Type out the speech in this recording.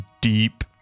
deep